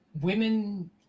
Women